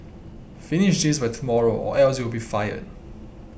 finish this by tomorrow or else you'll be fired